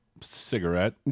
cigarette